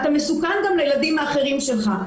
אתה מסוכן גם לילדים האחרים שלך,